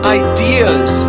ideas